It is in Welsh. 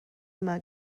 yma